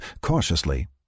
Cautiously